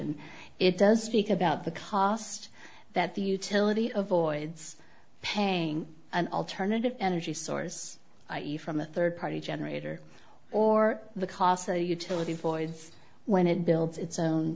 nation it does speak about the cost that the utility of voids paying an alternative energy source i e from a third party generator or the costs a utility voids when it builds its own